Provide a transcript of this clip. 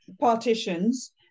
partitions